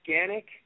organic